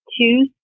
two